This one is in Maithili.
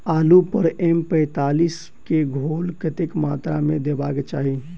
आलु पर एम पैंतालीस केँ घोल कतेक मात्रा मे देबाक चाहि?